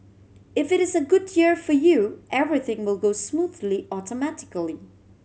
if it is a good year for you everything will go smoothly automatically